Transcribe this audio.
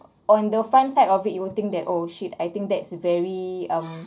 on the front side of it you will think that oh shit I think that's very um